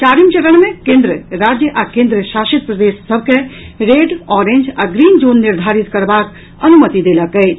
चारिम चरण मे केन्द्र राज्य आ केन्द्रशासित प्रदेश सभ के रेड ऑरेंज आ ग्रीन जोन निर्धारित करबाक अनुमति देलक अछि